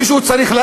מישהו צריך.